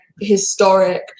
historic